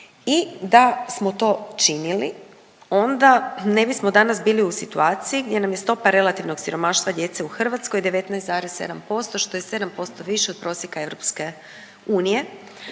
i da smo to činili onda ne bismo danas bili u situaciji gdje nam je stopa relativnog siromaštva djece u Hrvatskoj 19,7%, što je 7% više od prosjeka EU,